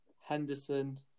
Henderson